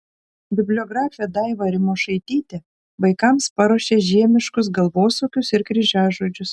bibliografė daiva rimošaitytė vaikams paruošė žiemiškus galvosūkius ir kryžiažodžius